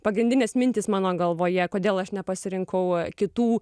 pagrindinės mintys mano galvoje kodėl aš nepasirinkau kitų